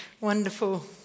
Wonderful